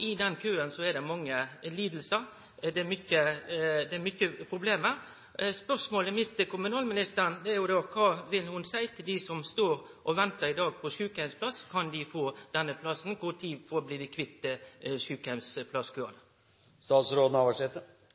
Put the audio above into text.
I den køen er det mange lidingar, og det er mange problem. Spørsmålet mitt til kommunalministeren er: Kva vil ho seie til dei som i dag står i kø, og ventar på ein sjukeheimsplass? Kan dei få denne plassen? Når blir vi kvitt